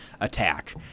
attack